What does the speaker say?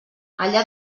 allà